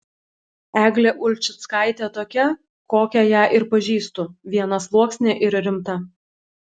eglė ulčickaitė tokia kokią ją ir pažįstu vienasluoksnė ir rimta